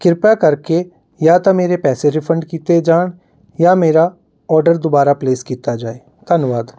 ਕਿਰਪਾ ਕਰਕੇ ਜਾਂ ਤਾਂ ਮੇਰੇ ਪੈਸੇ ਰਿਫੰਡ ਕੀਤੇ ਜਾਣ ਜਾਂ ਮੇਰਾ ਆਰਡਰ ਦੁਬਾਰਾ ਪਲੇਸ ਕੀਤਾ ਜਾਵੇ ਧੰਨਵਾਦ